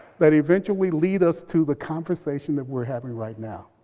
that eventually lead us to the conversation that we're having right now.